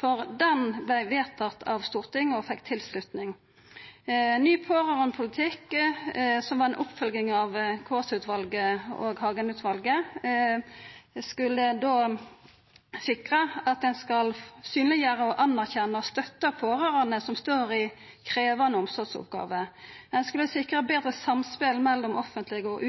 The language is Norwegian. for det vart vedteke og fekk tilslutning av Stortinget. Ny pårørandepolitikk, som var ei oppfølging av Kaasa-utvalet og Hagen-utvalet, skulle synleggjera, anerkjenna og støtta pårørande som står i krevjande omsorgsoppgåver. Ein skulle sikra betre samspel mellom den offentlige og